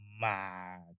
mad